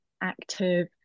active